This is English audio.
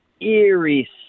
eerie